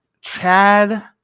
Chad